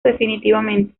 definitivamente